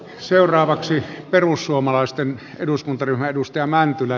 seuraavaksi perussuomalaisten eduskuntaryhmä